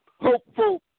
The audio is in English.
hopeful